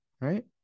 right